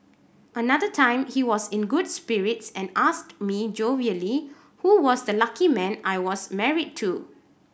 another time he was in good spirits and asked me jovially who was the lucky man I was married to